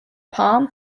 palm